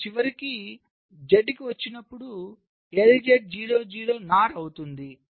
మరియు చివరకు Z కి వచ్చినప్పుడు LZ 0 0 NOR అవుతుంది